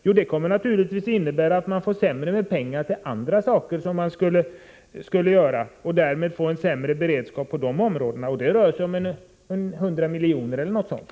Jo, det kommer naturligtvis att innebära att man får mindre pengar till andra utgifter och därmed sämre beredskap på dessa områden. Det rör sig här om ca 100 milj.kr.